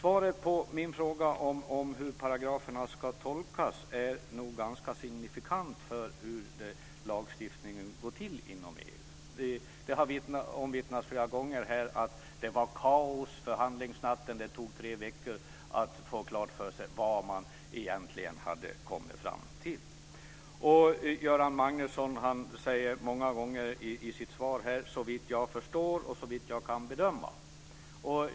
Svaret på min fråga hur paragraferna ska tolkas är nog ganska signifikant för hur lagstiftningen går till inom EU. Det har omvittnats flera gånger här att det var kaos under förhandlingsnatten. Det tog tre veckor att få klart för sig vad man egentligen hade kommit fram till. Göran Magnusson säger i sitt svar "såvitt jag ... förstått" och "såvitt jag kan bedöma".